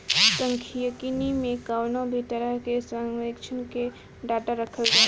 सांख्यिकी में कवनो भी तरही के सर्वेक्षण कअ डाटा रखल जाला